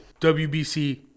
WBC